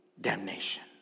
damnation